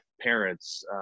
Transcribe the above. parents